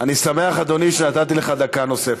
אני שמח, אדוני, שנתתי לך דקה נוספת.